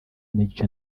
n’igice